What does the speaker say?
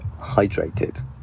hydrated